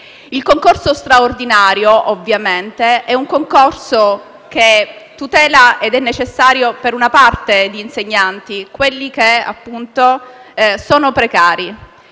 Il concorso straordinario, ovviamente, tutela ed è necessario per una parte di insegnanti, quelli che, appunto, sono i precari.